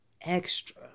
extra